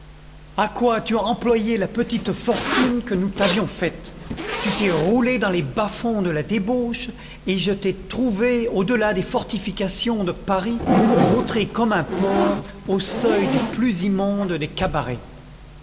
a quoi as-tu employé la petite fortune que nous t'avions faite tu t'es roulé dans les bas-fonds de la débauche et je t'ai trouvé au delà des fortifications de paris vautré comme un porc au seuil du plus immonde des cabarets